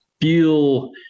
feel